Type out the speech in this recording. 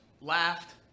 laughed